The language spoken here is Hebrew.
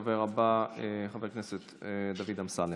הדובר הבא, חבר הכנסת דוד אמסלם.